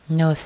no